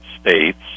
states